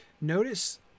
Notice